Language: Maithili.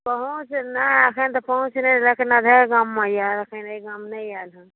पहुँच नहि अखन तऽ पहुँच नहि रहलैया दोसर गाममे आयल यछि